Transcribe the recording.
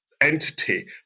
entity